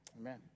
Amen